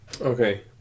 Okay